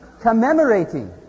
commemorating